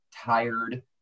tired